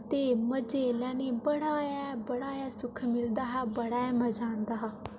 ते मजे लैने बड़ा ऐ बड़ा ऐ सुख मिलदा हा बड़ा गै मजा औंदा हा